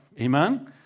Amen